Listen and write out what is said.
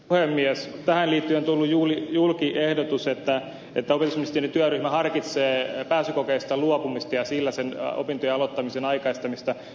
tähän liittyen on tullut julki ehdotus että opetusministeriön työryhmä harkitsee pääsykokeista luopumista ja sillä opintojen aloittamisen aikaistamista